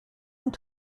und